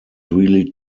really